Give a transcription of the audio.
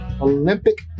Olympic